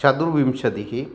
चतुर्विंशतिः